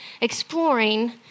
exploring